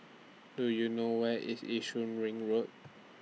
Do YOU know Where IS Yishun Ring Road